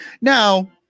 Now